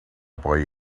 boy